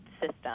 system